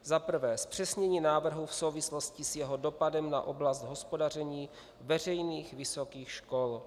Za prvé, zpřesnění návrhu v souvislosti s jeho dopadem na oblast hospodaření veřejných vysokých škol.